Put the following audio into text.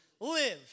live